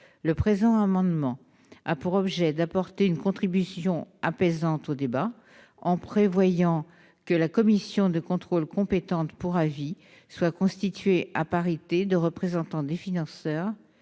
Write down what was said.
Le présent amendement a pour objet d'apporter une contribution apaisante au débat, en prévoyant que la commission de contrôle compétente pour avis soit constituée à parité de représentants des financeurs